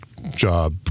job